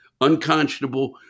unconscionable